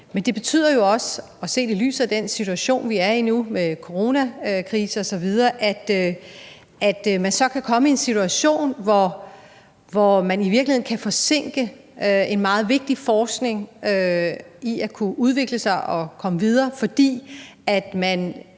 men det betyder jo også – set i lyset af den situation, vi er i nu, med coronakrise osv. – at man så kan komme i en situation, hvor man i virkeligheden kan forsinke meget vigtig forskning i at kunne udvikle sig og komme videre, fordi man